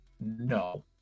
No